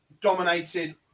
dominated